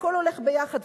הכול הולך ביחד,